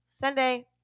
Sunday